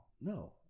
no